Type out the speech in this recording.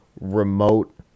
remote